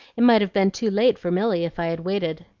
it might have been too late for milly if i'd waited.